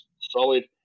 solid